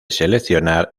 seleccionar